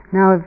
Now